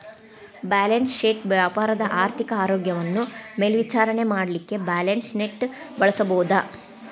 balance sheet ವ್ಯಾಪಾರದ ಆರ್ಥಿಕ ಆರೋಗ್ಯವನ್ನ ಮೇಲ್ವಿಚಾರಣೆ ಮಾಡಲಿಕ್ಕೆ ಬ್ಯಾಲನ್ಸ್ಶೇಟ್ ಬಳಸಬಹುದು